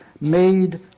made